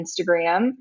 Instagram